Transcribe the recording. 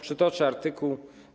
Przytoczę artykuł.